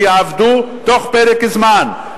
שיעבדו בתוך פרק זמן.